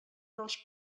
dels